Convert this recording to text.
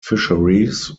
fisheries